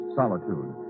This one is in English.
solitude